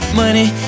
money